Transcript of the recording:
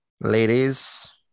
ladies